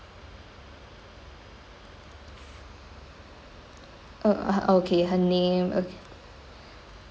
uh ah okay her name okay